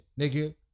nigga